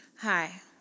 Hi